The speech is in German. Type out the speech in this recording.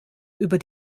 über